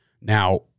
Now